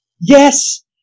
Yes